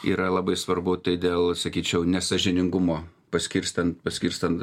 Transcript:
yra labai svarbu tai dėl sakyčiau nesąžiningumo paskirstant paskirstant